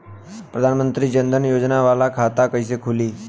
प्रधान मंत्री जन धन योजना वाला खाता कईसे खुली?